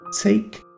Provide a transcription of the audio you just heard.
take